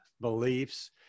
beliefs